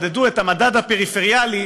מדדו את המדד הפריפריאלי